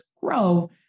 grow